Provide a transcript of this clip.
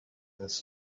its